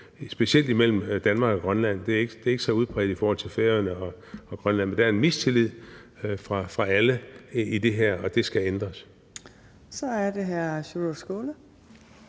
specielt imellem Danmark og Grønland. Det er ikke så udbredt i forholdet mellem Færøerne og Grønland, men der er en mistillid hos alle i det her, og det skal ændres. Kl. 19:13 Fjerde